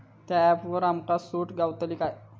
त्या ऍपवर आमका सूट गावतली काय?